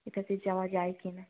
এটাতে যাওয়া যায় কি না